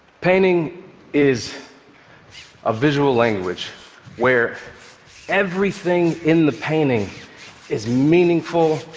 painting is a visual language where everything in the painting is meaningful,